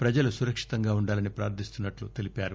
ప్రజలు సురక్షితంగా ఉండాలని ప్రార్థిస్తున్నట్లు తెలిపారు